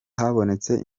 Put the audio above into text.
habonetse